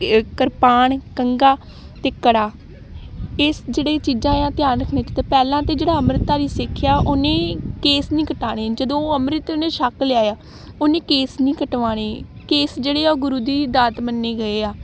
ਇਹ ਕਿਰਪਾਨ ਕੰਘਾ ਅਤੇ ਕੜਾ ਇਸ ਜਿਹੜੇ ਚੀਜ਼ਾਂ ਆ ਧਿਆਨ ਰੱਖਣਾ ਚਾਹੀਦਾ ਪਹਿਲਾਂ ਤਾਂ ਜਿਹੜਾ ਅੰਮ੍ਰਿਤਧਾਰੀ ਸਿੱਖ ਆ ਉਹਨੇ ਕੇਸ ਨਹੀਂ ਕਟਾਣੇ ਜਦੋਂ ਅੰਮ੍ਰਿਤ ਉਹਨੇ ਛੱਕ ਲਿਆ ਆ ਉਹਨੇ ਕੇਸ ਨਹੀਂ ਕਟਵਾਉਣੇ ਕੇਸ ਜਿਹੜੇ ਆ ਉਹ ਗੁਰੂ ਦੀ ਦਾਤ ਮੰਨੇ ਗਏ ਆ